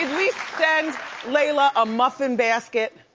least send lela a muffin basket?